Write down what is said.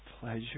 pleasure